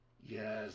Yes